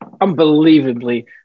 unbelievably